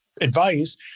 advice